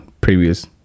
previous